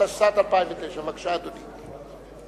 התשס"ט 2009. בבקשה, אדוני.